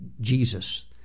Jesus